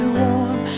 warm